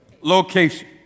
location